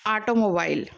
automobile